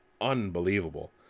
unbelievable